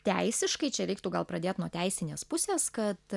teisiškai čia reiktų gal pradėt nuo teisinės pusės kad